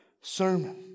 sermon